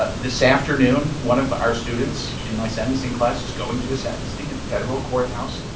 ah this afternoon, one of our students in my sentencing class is going to a sentencing at the federal courthouse.